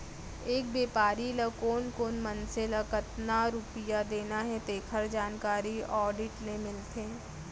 एक बेपारी ल कोन कोन मनसे ल कतना रूपिया देना हे तेखर जानकारी आडिट ले मिलथे